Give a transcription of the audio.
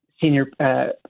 Senior